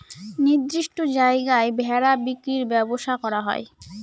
নির্দিষ্ট জায়গায় ভেড়া বিক্রির ব্যবসা করা হয়